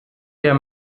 der